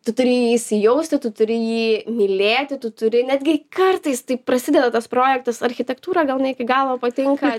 tu turi į jį įsijausti tu turi jį mylėti tu turi netgi kartais taip prasideda tas projektas architektūra gal ne iki galo patinka